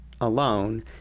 alone